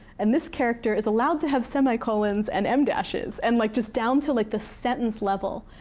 and this character is allowed to have semicolons and em dashes, and like just down to like the sentence level.